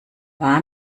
war